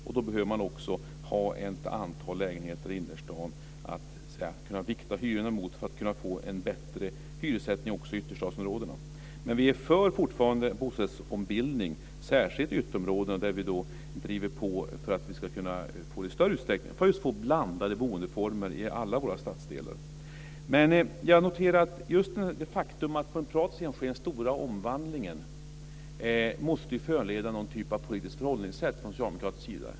Därmed behövs det ett antal lägenheter i innerstan att så att säga kunna vikta hyrorna mot för att kunna få en bättre hyressättning också i ytterstadsområdena. Fortfarande är vi för ombildning till bostadsrätt, särskilt i ytterområdena där vi driver på för att i större utsträckning få blandade boendeformer i alla stadsdelar. Just det faktum att det är på det privata området som den stora omvandlingen sker måste föranleda ett slags politiskt förhållningssätt från socialdemokratisk sida.